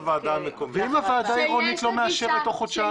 ואם היא לא מאשרת תוך חודשיים?